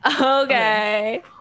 Okay